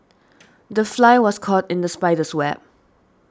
the fly was caught in the spider's web